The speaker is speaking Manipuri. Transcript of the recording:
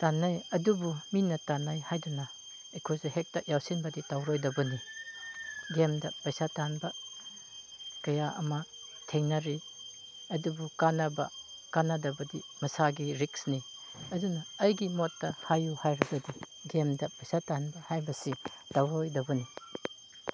ꯇꯥꯟꯅꯩ ꯑꯗꯨꯕꯨ ꯃꯤꯅ ꯇꯥꯟꯅꯩ ꯍꯥꯏꯗꯨꯅ ꯑꯩꯈꯣꯏꯁꯨ ꯍꯦꯛꯇ ꯌꯥꯎꯁꯤꯟꯕꯗꯤ ꯇꯧꯔꯣꯏꯗꯕꯅꯤ ꯒꯦꯝꯗ ꯄꯩꯁꯥ ꯇꯥꯟꯕ ꯀꯌꯥ ꯑꯃ ꯊꯦꯡꯅꯔꯤ ꯑꯗꯨꯕꯨ ꯀꯥꯅꯕ ꯀꯥꯅꯗꯕꯗꯤ ꯃꯁꯥꯒꯤ ꯔꯤꯛꯁꯅꯤ ꯑꯗꯨꯅ ꯑꯩꯒꯤ ꯃꯣꯠꯇ ꯍꯥꯏꯌꯨ ꯍꯥꯏꯔꯒꯗꯤ ꯒꯦꯝꯗ ꯄꯩꯁꯥ ꯇꯥꯟꯕ ꯍꯥꯏꯕꯁꯤ ꯇꯧꯔꯣꯏꯗꯕꯅꯤ